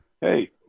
Hey